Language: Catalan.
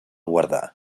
guardar